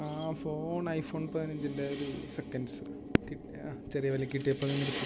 ആ phone iPhone പതിനഞ്ചിൻ്റെ ഒരു സെക്കൻസ് കിട്ട് ആ ചെറിയ വിലക്ക് കിട്ടിയപ്പം അതങ്ങട്ട് എടുത്തു